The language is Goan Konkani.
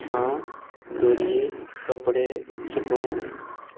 हांव दोरयेर कपडे सुकोवं